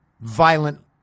violent